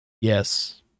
Yes